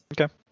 Okay